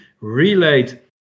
relate